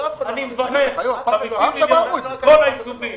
אבי מורי,